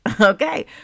Okay